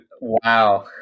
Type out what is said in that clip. wow